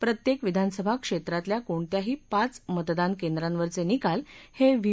प्रत्येक विधानसभा क्षेत्रातल्या कोणत्याही पाच मतदान केंद्रांवरचे निकाल हे व्ही